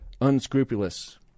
unscrupulous